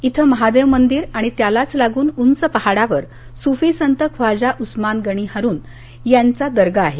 इथं महादेव मंदिर आणि त्यालाच लागून उंच पहाडावर सुफी संत खाव्जा उस्मान गणी हारूनी यांचा दर्गा आहे